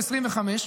ב-2025,